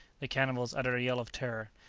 the cannibals uttered a yell of terror.